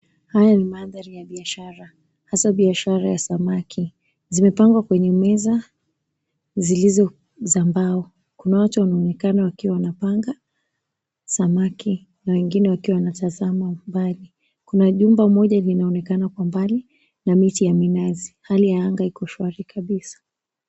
Haya ni maandhari ya biashara, hasa biashara ya samaki. Zimepangwa kwenye meza zilizo za mbao, kuna watu wanaonekana wakiwa wanapanga samaki na wengine wakiwa wanatazama mbali. Kuna jumba moja linaonekana kwa mbali na miti ya minazi, hali ya anga iko shwari kabisa.